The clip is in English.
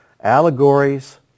Allegories